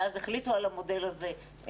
מאז שהחליטו על המודל הזה.